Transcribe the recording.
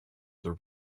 the